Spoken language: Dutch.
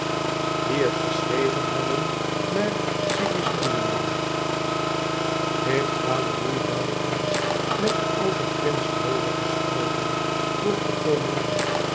die het geschreven hadden naar sigismundingen heeft valérie wel eens met je over prins lohe gesproken vroeg de koningin